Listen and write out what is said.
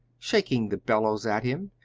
shaking the bellows at him,